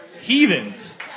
Heathens